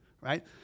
right